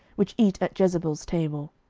which eat at jezebel's table.